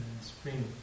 spring